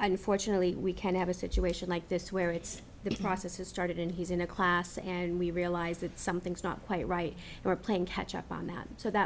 unfortunately we can't have a situation like this where it's the process has started and he's in a class and we realize that something's not quite right we're playing catch up on that so that